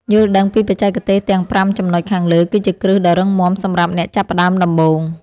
យល់ដឹងពីបច្ចេកទេសទាំងប្រាំចំណុចខាងលើគឺជាគ្រឹះដ៏រឹងមាំសម្រាប់អ្នកចាប់ផ្ដើមដំបូង។